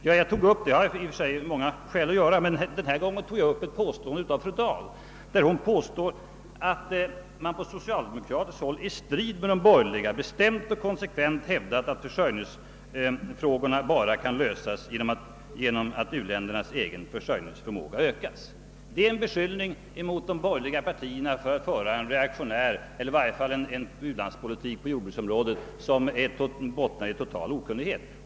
Det har jag i och för sig många skäl att göra, men denna gång tog jag upp ett påstående av fru Dahl, där hon hävdar att man på socialdemokratiskt håll »i strid med de borgerliga bestämt och konsekvent hävdat att försörjningsfrågorna inte bara kan lösas genom att u-ländernas egen produktionsförmåga ökas». Det är en beskyllning mot de borgerliga partierna för att föra en u-landspolitik på jordbruksområdet som bottnar i total okunnighet.